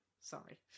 sorry